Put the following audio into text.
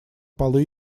полы